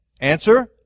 Answer